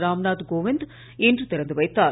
ராம்நாத் கோவிந்த இன்று திறந்துவைத்தார்